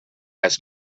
asked